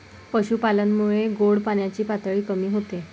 पशुपालनामुळे गोड पाण्याची पातळी कमी होते